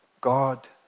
God